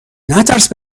نترس